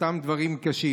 אותם דברים קשים.